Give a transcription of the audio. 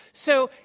so,